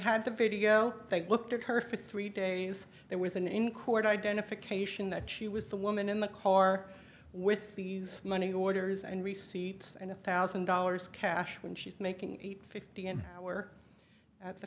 had the video they looked at her for three days and with an in court identification that she was the woman in the car with the youth money orders and receipts and a thousand dollars cash when she's making eight fifty an hour